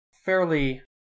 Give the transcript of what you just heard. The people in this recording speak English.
fairly